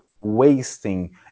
wasting